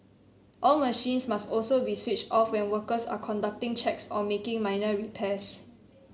all machines must also be switched off when workers are conducting checks or making minor repairs